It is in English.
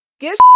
get